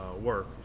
work